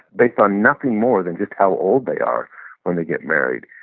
based on nothing more than just how old they are when they get married.